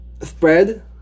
spread